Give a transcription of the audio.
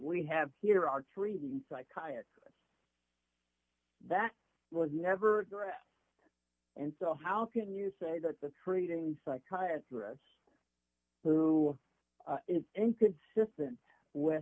we have here are treating psychiatry that would never do it and so how can you say that the treating psychiatry or us who is inconsistent with